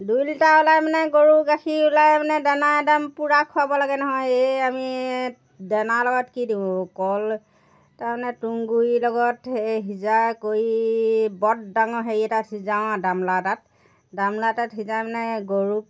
দুই লিটাৰ ওলাই মানে গৰু গাখীৰ ওলাই মানে দানা মানে পুৰা একদম খুৱাব লাগে নহয় এই আমি দানাৰ লগত কি দিওঁ কল তাৰমানে তুহঁগুৰিৰ লগত সেই সিজাই কৰি বৰ ডাঙৰ হেৰি এটা সিজাওঁ আৰু গামলা এটাত গামলা তাত সিজাই মানে গৰুক